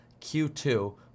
Q2